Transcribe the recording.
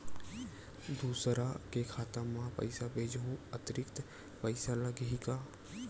दूसरा के खाता म पईसा भेजहूँ अतिरिक्त पईसा लगही का?